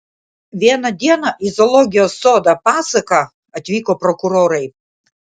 vieną dieną į zoologijos sodą pasaką atvyko prokurorai